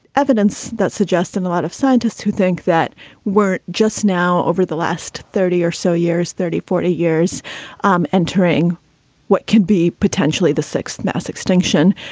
evidence that suggests in a lot of scientists who think that we're just now over the last thirty or so years, thirty, forty years um entering what could be potentially the sixth mass extinction.